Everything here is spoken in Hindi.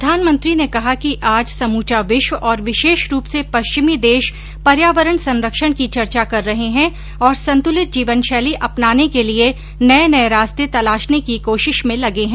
प्रधानमंत्री ने कहा कि आज समूचा विश्व और विशेष रूप से पश्चिमी देश पर्यावरण संरक्षण की चर्चा कर रहे हैं और संतुलित जीवनशैली अपनाने के लिए नए नए रास्ते तलाशने की कोशिश में लगे हैं